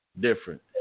different